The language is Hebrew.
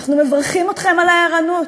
אנחנו מברכים אתכם על הערנות.